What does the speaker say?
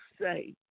say